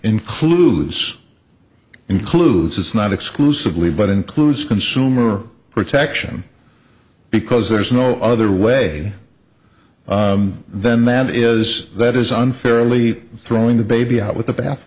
includes includes it's not exclusively but includes consumer protection because there's no other way then that is that is unfairly throwing the baby out with the bath